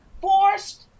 forced